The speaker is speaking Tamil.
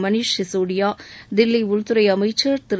மணீஷ் சிசோடியா தில்லி உள்துறை அமைச்ச் திரு